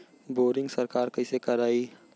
Boring सरकार कईसे करायी?